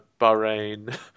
Bahrain